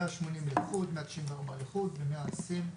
מאה שמונים לחוד, מאה תשעים לחוד,